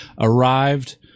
Arrived